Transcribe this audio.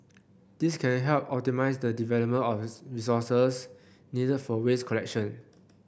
this can help optimise the deployment of resources needed for waste collection